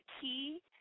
key